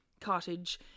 cottage